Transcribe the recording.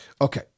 Okay